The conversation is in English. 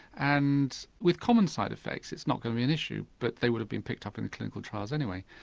and with common side effects it's not going to be an issue, but they would have been picked up in the clinical trials anyway.